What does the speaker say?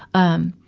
um,